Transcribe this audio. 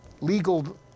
legal